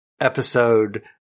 episode